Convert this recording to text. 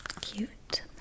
cute